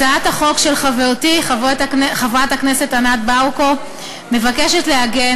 הצעת החוק של חברתי חברת הכנסת ענת ברקו מבקשת לעגן